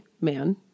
man